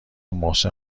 محسن